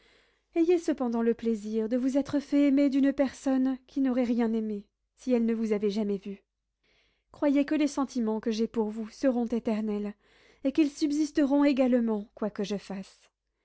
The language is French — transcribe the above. ayez cependant le plaisir de vous être fait aimer d'une personne qui n'aurait rien aimé si elle ne vous avait jamais vu croyez que les sentiments que j'ai pour vous seront éternels et qu'ils subsisteront également quoi que je fasse